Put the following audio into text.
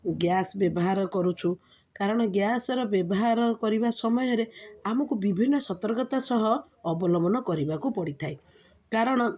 gas ବ୍ୟବହାର କରୁଛୁ କାରଣ ଗ୍ୟାସର ବ୍ୟବହାର କରିବା ସମୟରେ ଆମକୁ ବିଭିନ୍ନ ସତର୍କତା ସହ ଅବଲମ୍ବନ କରିବାକୁ ପଡ଼ିଥାଏ କାରଣ